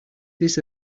this